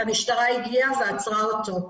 המשטרה הגיעה ועצרה אותו.